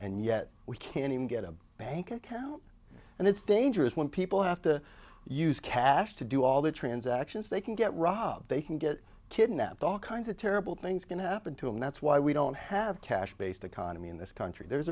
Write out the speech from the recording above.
and yet we can't even get a bank account and it's dangerous when people have to use cash to do all the transactions they can get robbed they can get kidnapped all kinds of terrible things going to happen too and that's why we don't have cash based economy in this country there's